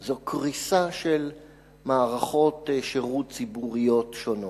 זה קריסה של מערכות שירות ציבוריות שונות,